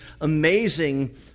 amazing